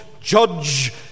judge